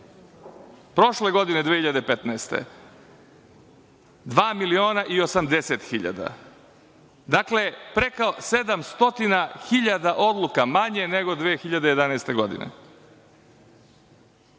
Prošle godine 2015. dva miliona i 80 hiljada, dakle, preko 700 hiljada odluka manje nego 2011. godine,